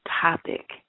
topic